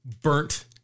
burnt